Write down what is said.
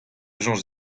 soñj